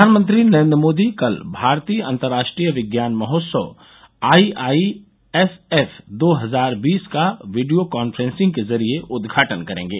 प्रधानमंत्री नरेंद्र मोदी कल भारतीय अंतर्राष्ट्रीय विज्ञान महोत्सव आई आई एस एफ दो हजार बीस का वीडियो कॉन्फ्रेंसिंग के जरिए उद्घाटन करेंगे